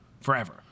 forever